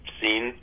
seen